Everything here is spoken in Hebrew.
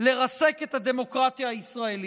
לרסק את הדמוקרטיה הישראלית,